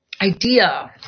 idea